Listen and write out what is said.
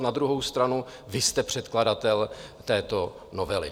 Na druhou stranu, vy jste předkladatel této novely.